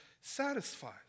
satisfied